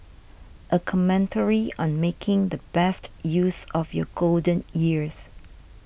a commentary on making the best use of your golden years